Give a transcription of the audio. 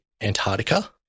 Antarctica